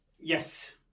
yes